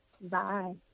Bye